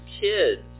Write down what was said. kids